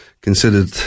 considered